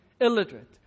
illiterate